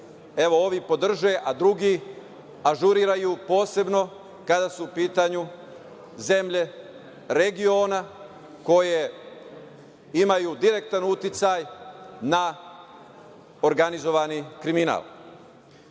evo ovi, podrže, a drugi ažuriraju posebno, kada su u pitanju zemlje regiona koje imaju direktan uticaj na organizovani kriminal. Smatram